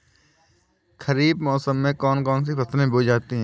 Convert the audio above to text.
खरीफ मौसम में कौन कौन सी फसलें बोई जाती हैं?